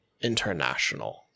international